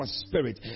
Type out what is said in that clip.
spirit